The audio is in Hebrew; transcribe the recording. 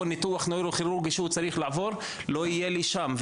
או ניתוח נוירוכירורגי שהוא צריך לעבור לא יהיה לי שם.